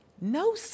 No